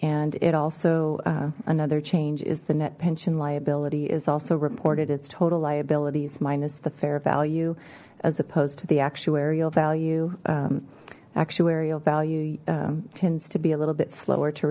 and it also another change is the net pension liability is also reported as total liabilities minus the fair value as opposed to the actuarial value actuarial value tends to be a little bit slower to